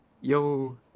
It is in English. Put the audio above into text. Yo